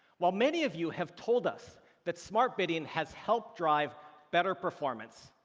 while many of you have told us that smart bidding has helped drive better performance,